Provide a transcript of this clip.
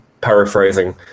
paraphrasing